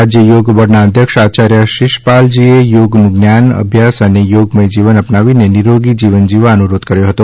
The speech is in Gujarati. રાજ્ય યોગ બોર્ડના અધ્યક્ષ આચાર્ય શીશપાલજીએ યોગનું જ્ઞાન અભ્યાસ અને યોગમય જીવન અપનાવીને નિરોગી જીવન જીવવા અનુરોધ કર્યો હતો